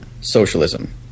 socialism